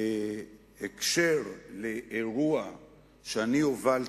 בהקשר של אירוע שאני הובלתי,